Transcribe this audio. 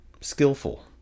skillful